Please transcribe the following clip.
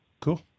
Cool